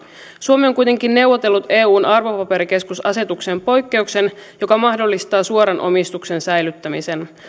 suomi on kuitenkin neuvotellut eun arvopaperikeskusasetukseen poikkeuksen joka mahdollistaa suoran omistuksen säilyttämisen